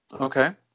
Okay